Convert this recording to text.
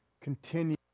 Continue